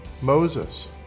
Moses